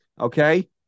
okay